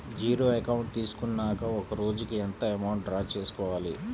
Zero account తీసుకున్నాక ఒక రోజుకి ఎంత అమౌంట్ డ్రా చేసుకోవాలి?